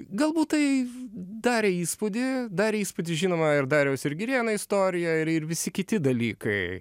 galbūt tai darė įspūdį darė įspūdį žinoma ir dariaus ir girėno istorija ir ir visi kiti dalykai